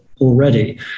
already